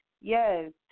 Yes